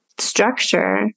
structure